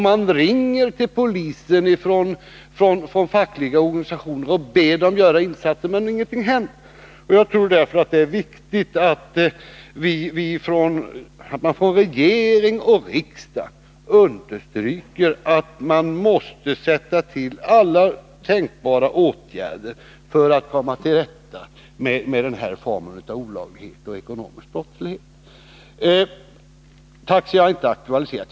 Man ringer till polisen från fackliga organisationer och ber dem göra insatser, men ingenting händer. Jag tror därför att det är viktigt att regering och riksdag understryker att alla tänkbara åtgärder måste sättas in för att komma till rätta med denna form av olaglighet och ekonomisk brottslighet. Taxi har inte aktualiserats.